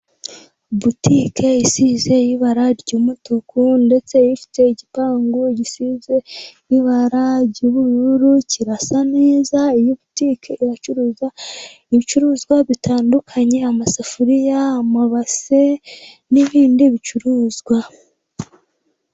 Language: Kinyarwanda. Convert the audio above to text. Butike isize y'ibara ry'umutu ndetse ifite igipangu gisize ibara ry'ubururu, kirasa neza iyo butike iracuruza ibicuruzwa bitandukanye , amasafuriya ,amabase n'ibindi bicuruzwa.